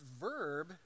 verb